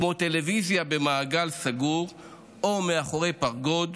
כמו טלוויזיה במעגל סגור או מאחורי פרגוד,